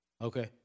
okay